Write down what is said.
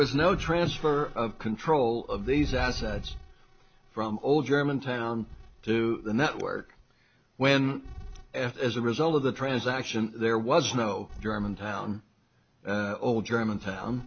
was no transfer of control of these assets from old germantown to the network when as a result of the transaction there was no germantown old german town